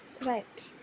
right